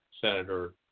Senator